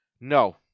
No